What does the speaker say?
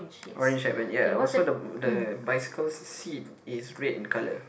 orange hairband ya and also the the bicycle's seat is red in colour